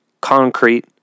concrete